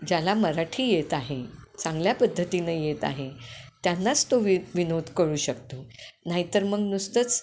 ज्याला मराठी येत आहे चांगल्या पद्धतीनं येत आहे त्यांनाच तो वि विनोद कळू शकतो नाहीतर मग नुसतंच